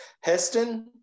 Heston